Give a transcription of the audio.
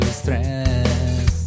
stress